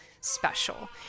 special